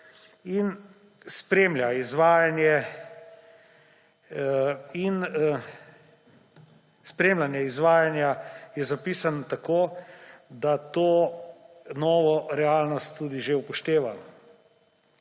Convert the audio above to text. Spremljanje izvajanja je zapisano tako, da to novo realnost tudi že upošteva.